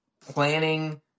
planning